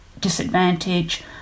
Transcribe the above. disadvantage